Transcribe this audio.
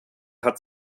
hat